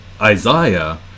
Isaiah